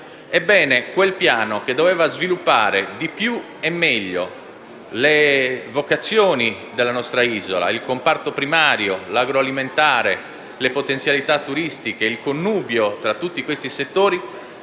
Quel piano, che doveva sviluppare di più e meglio le vocazioni della nostra isola, il comparto primario, l'agroalimentare, le potenzialità turistiche, il connubio tra tutti questi settori,